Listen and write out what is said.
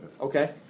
Okay